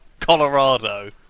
Colorado